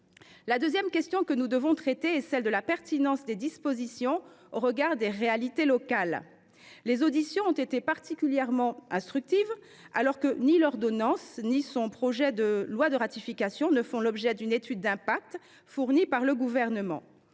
La deuxième question que nous devons traiter est celle de la pertinence des dispositions au regard des réalités locales. Les auditions de la commission ont été particulièrement instructives, alors que ni l’ordonnance ni son projet de loi de ratification ne font l’objet d’une étude d’impact fournie par le Gouvernement.